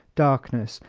darkness,